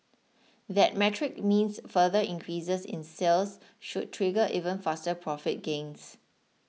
that metric means further increases in sales should trigger even faster profit gains